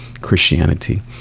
Christianity